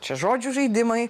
čia žodžių žaidimai